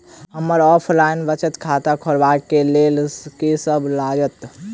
हमरा ऑफलाइन बचत खाता खोलाबै केँ लेल की सब लागत?